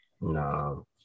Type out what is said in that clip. No